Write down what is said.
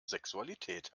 sexualität